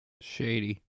Shady